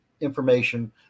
information